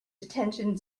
detention